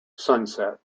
sunset